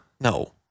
No